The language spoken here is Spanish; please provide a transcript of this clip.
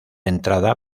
entrada